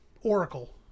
oracle